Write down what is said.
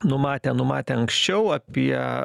numatę numatę anksčiau apie